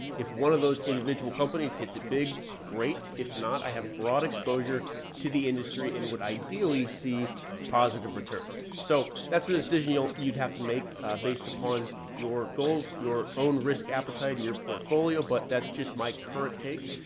if one of those individual companies hits it big. great. if not, i have broad exposure to the industry and would ideally see positive returns. so that's the decision you'll, you'd have to make based upon your goals, your own risk appetite and your portfolio, but that's just my current take,